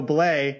Blay